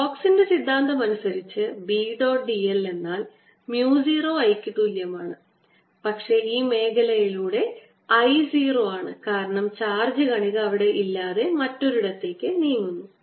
സ്റ്റോക്സിന്റെ സിദ്ധാന്തമനുസരിച്ച് B dot d l എന്നാൽ mu 0 I ക്ക് തുല്യമാണ് പക്ഷേ ഈ മേഖലയിലൂടെ I 0 ആണ് കാരണം ചാർജ് കണിക അവിടെ ഇല്ലാതെ അത് മറ്റൊരിടത്തേക്ക് നീങ്ങുന്നു